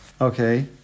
okay